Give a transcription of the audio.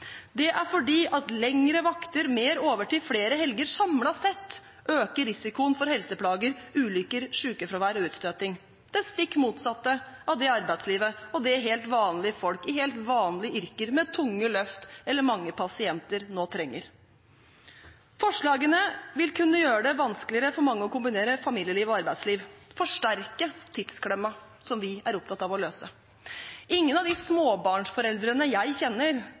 Det er fordi lengre vakter, mer overtid og flere helger samlet sett øker risikoen for helseplager, ulykker, sykefravær og utstøting – det stikk motsatte av det arbeidslivet og helt vanlige folk i helt vanlige yrker, med tunge løft eller mange pasienter, nå trenger. Forslagene vil kunne gjøre det vanskeligere for mange å kombinere familieliv med arbeidsliv og forsterke tidsklemma, som vi er opptatt av å løse. Ingen av de småbarnsforeldrene jeg kjenner,